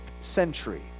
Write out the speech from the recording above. century